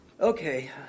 okay